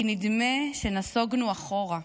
כי נדמה שנסוגונו אחורה.